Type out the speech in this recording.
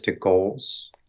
goals